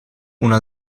una